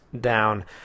down